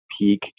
peak